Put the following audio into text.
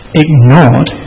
ignored